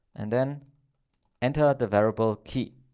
and then enter the variable key.